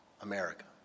America